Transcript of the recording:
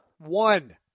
One